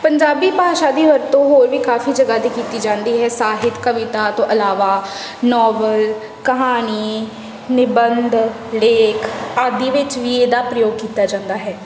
ਪੰਜਾਬੀ ਭਾਸ਼ਾ ਦੀ ਵਰਤੋਂ ਹੋਰ ਵੀ ਕਾਫੀ ਜਗ੍ਹਾ 'ਤੇ ਕੀਤੀ ਜਾਂਦੀ ਹੈ ਸਾਹਿਤ ਕਵਿਤਾ ਤੋਂ ਇਲਾਵਾ ਨੋਵਲ ਕਹਾਣੀ ਨਿਬੰਧ ਲੇਖ ਆਦਿ ਵਿੱਚ ਵੀ ਇਹਦਾ ਪ੍ਰਯੋਗ ਕੀਤਾ ਜਾਂਦਾ ਹੈ